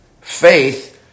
faith